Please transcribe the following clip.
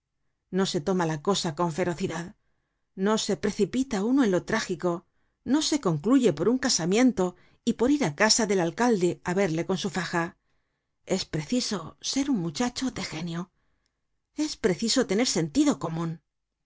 no se toma la cosa con ferocidad no se precipita uno en lo trágico no se concluye por un casamiento y por ir á casa del alcalde á verle con su faja es preciso ser un muchacho de genio es preciso tener sentido comun